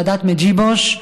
ועדת מדז'יבוז,